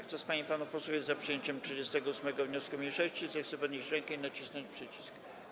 Kto z pań i panów posłów jest za przyjęciem 38. wniosku mniejszości, zechce podnieść rękę i nacisnąć przycisk.